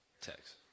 Text